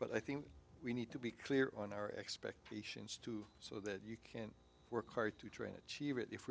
but i think we need to be clear on our expectations too so that you can work hard to train achieve it if